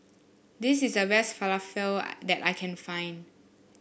this is the best Falafel that I can find